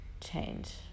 change